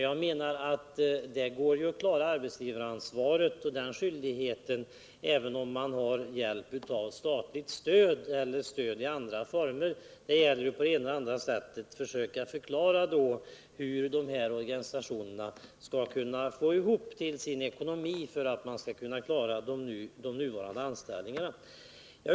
Jag anser att det går att klara den skyldigheten även om man har hjälp av statligt stöd eller får hjälp i andra former. Det gäller juatt på det ena eller andra sättet försöka förklara hur de här organisationerna skall få ihop tillräckligt med pengar till sin ekonomi för att de skall kunna behålla sina nuvarande anställda.